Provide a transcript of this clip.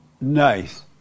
Nice